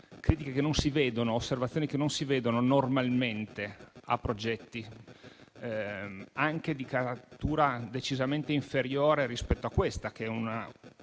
ambientale, sono osservazioni che non si vedono normalmente a progetti anche di caratura decisamente inferiore rispetto a questa, che è una